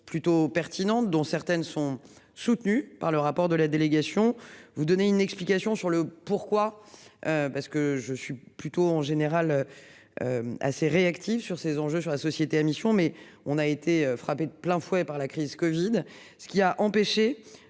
plutôt pertinentes dont certaines sont soutenues par le rapport de la délégation vous donner une explication sur le pourquoi. Parce que je suis plutôt en général. Assez réactive sur ces enjeux, sur la société a mission mais on a été frappé de plein fouet par la crise Covid. Ce qui a empêché.